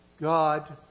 God